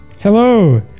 Hello